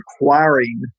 requiring